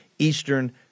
Eastern